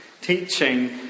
teaching